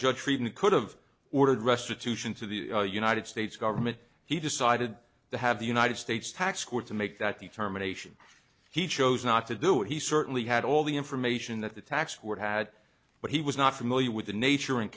judge friedman could have ordered restitution to the united states government he decided to have the united states tax court to make that determination he chose not to do it he certainly had all the information that the tax court had but he was not familiar with the nature and